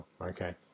Okay